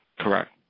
Correct